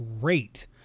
great